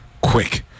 quick